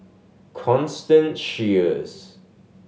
Constance Sheares